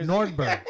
Nordberg